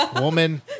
woman